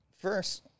First